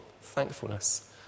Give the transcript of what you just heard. thankfulness